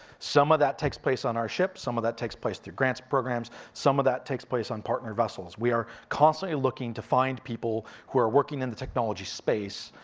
some of that takes place on our ship, some of that takes place through grants programs, some of that takes place on partner vessels. we are constantly looking to find people who are working in the technology space,